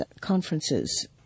conferences